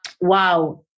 wow